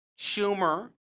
Schumer